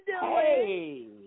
Hey